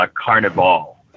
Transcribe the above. carnival